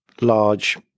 large